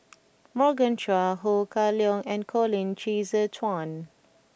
Morgan Chua Ho Kah Leong and Colin Qi Zhe Quan